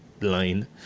line